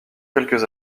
quelques